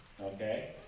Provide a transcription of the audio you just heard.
Okay